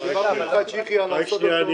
שדיברנו עם חאג' יחיא לעשות אותו --- רק שנייה,